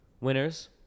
winners